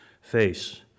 face